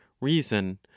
reason